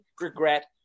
regret